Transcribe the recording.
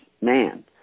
man